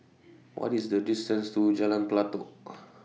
What IS The distance to Jalan Pelatok